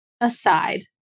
aside